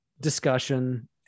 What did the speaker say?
discussion